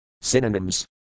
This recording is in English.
Synonyms